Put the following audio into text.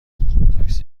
تاکسی